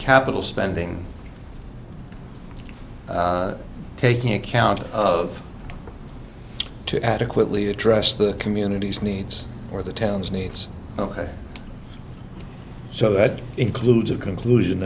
capital spending taking account of to adequately address the community's needs or the town's needs ok so that includes a conclusion